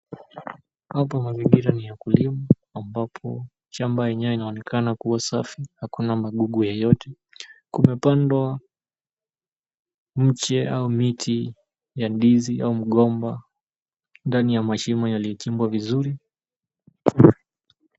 Hapa mazingira ni ya kulima ambapo shamba yenyewe inaonekana kuwa safi hakuna magugu yeyote kumepandwa mche au miti ya ndizi au mgomba ndani ya mashimo yaliyochimbwa vizuri.